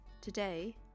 Today